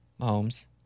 Mahomes